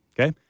okay